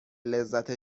لذت